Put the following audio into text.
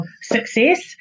success